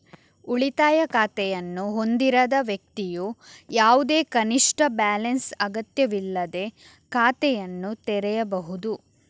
ಉಳಿತಾಯ ಖಾತೆಯನ್ನು ಹೊಂದಿರದ ವ್ಯಕ್ತಿಯು ಯಾವುದೇ ಕನಿಷ್ಠ ಬ್ಯಾಲೆನ್ಸ್ ಅಗತ್ಯವಿಲ್ಲದೇ ಖಾತೆಯನ್ನು ತೆರೆಯಬಹುದು